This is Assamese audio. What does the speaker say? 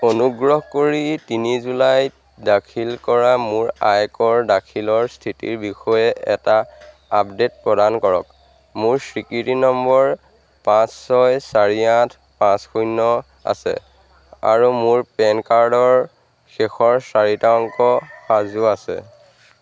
অনুগ্ৰহ কৰি তিনি জুলাইত দাখিল কৰা মোৰ আয়কৰ দাখিলৰ স্থিতিৰ বিষয়ে এটা আপডেট প্ৰদান কৰক মোৰ স্বীকৃতি নম্বৰ পাঁচ ছয় চাৰি আঠ পাঁচ শূন্য আছে আৰু মোৰ পেন কাৰ্ডৰ শেষৰ চাৰিটা অংক সাজু আছে